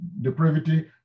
Depravity